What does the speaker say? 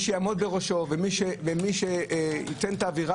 מי שיעמוד בראשו ומי שייתן את האווירה